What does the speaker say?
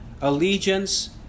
allegiance